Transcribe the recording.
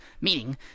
Meaning